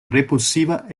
repulsiva